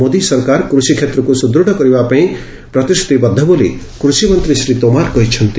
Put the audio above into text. ମୋଦି ସରକାର କୃଷିକ୍ଷେତ୍ରକୁ ସୁଦୃଢ଼ କରିବାପାଇଁ ପ୍ରତିଶ୍ରୁତିବଦ୍ଧ ବୋଲି କୃଷିମନ୍ତ୍ରୀ ଶ୍ରୀ ତୋମାର କହିଚ୍ଚନ୍ତି